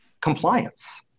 compliance